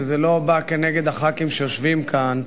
וזה לא כנגד חברי הכנסת שיושבים כאן,